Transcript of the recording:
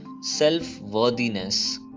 Self-worthiness